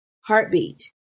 heartbeat